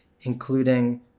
including